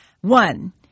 One